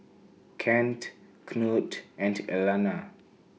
Kent Knute and Elana